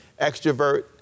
extrovert